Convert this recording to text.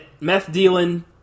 meth-dealing